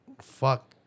fuck